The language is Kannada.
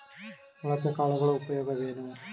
ಮೊಳಕೆ ಕಾಳುಗಳ ಉಪಯೋಗವೇನು?